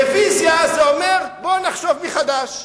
רוויזיה זה אומר, בוא נחשוב מחדש.